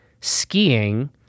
skiing